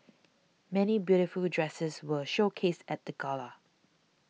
many beautiful dresses were showcased at the gala